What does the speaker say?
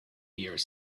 here